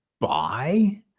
buy